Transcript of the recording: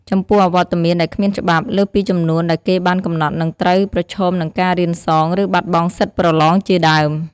ចំពោះអវត្តមានដែលគ្មានច្បាប់ លើសពីចំនួនដែលគេបានកំណត់និងត្រូវ ប្រឈមនិងការរៀនសង ឬបាត់បង់សិទ្ធប្រឡងជាដើម។